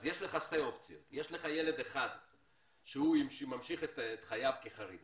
אז יש לך שתי אופציות: יש לך ילד אחד שממשיך את חייו כחרדי,